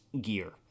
gear